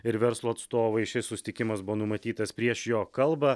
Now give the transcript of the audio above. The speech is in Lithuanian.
ir verslo atstovai šis susitikimas buvo numatytas prieš jo kalbą